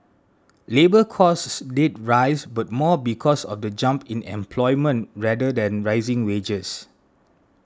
labour costs did rise but more because of the jump in employment rather than rising wages